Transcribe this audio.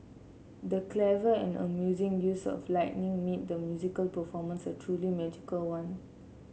the clever and amusing use of lighting made the musical performance a truly magical one